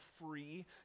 free